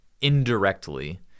indirectly